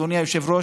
אדוני היושב-ראש.